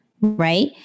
right